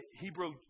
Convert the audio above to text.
Hebrew